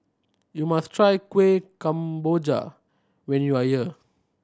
you must try Kuih Kemboja when you are here